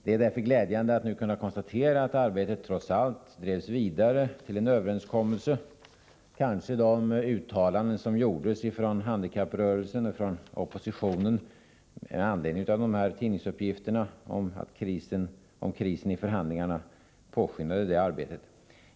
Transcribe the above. Det är därför glädjande att nu kunna konstatera att arbetet trots allt drevs vidare till en överenskommelse. Kanske de uttalanden som gjordes från handikapprörelsen och från oppositionen med anledning av tidningsuppgifterna om krisen i förhandlingarna påskyndade det arbetet.